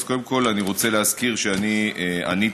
אז קודם כול אני רוצה להזכיר שאני עניתי